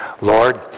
Lord